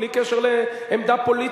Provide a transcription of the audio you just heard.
בלי קשר לעמדה פוליטית.